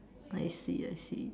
I see I see